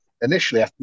Initially